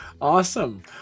Awesome